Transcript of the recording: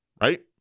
right